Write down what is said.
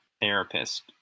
therapist